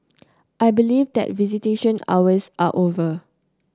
I believe that visitation hours are over